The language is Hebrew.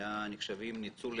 באסטרטגיית ה-‘loss leader’,